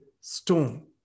stone